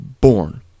born